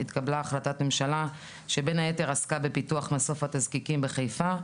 התקבלה החלטת ממשלה שבין היתר עסקה בפיתוח מסוף התזקיקים בחיפה.